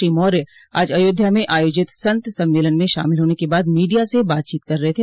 श्री मौर्य आज अयोध्या में आयोजित सन्त सम्मेलन में शामिल होने र्के बाद मीडिया से बातचीत कर रहे थे